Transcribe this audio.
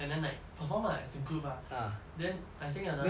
and then like perform ah as a group ah then I think another point